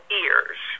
ears